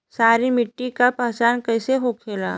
सारी मिट्टी का पहचान कैसे होखेला?